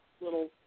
little